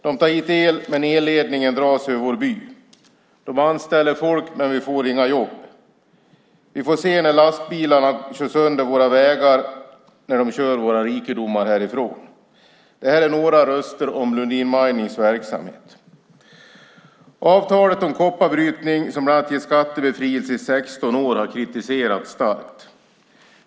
De tar hit el, men elledningen dras över vår by. De anställer folk, men vi får inga jobb. Vi får se när lastbilar kör sönder våra vägar när de kör våra rikedomar härifrån. Det säger några röster om Lundin Minings verksamhet. Avtalet om kopparbrytning, som bland annat ger skattebefrielse i 16 år, har kritiserats starkt.